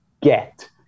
get